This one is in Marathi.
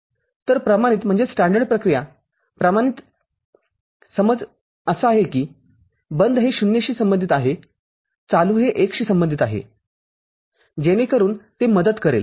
तरप्रमाणित प्रक्रियाप्रमाणित समज असा आहे किबंद हे ० शी संबंधित आहे चालू हे १ शी संबंधित आहे जेणेकरून ते मदत करेल